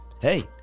hey